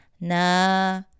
na